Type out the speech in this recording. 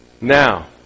Now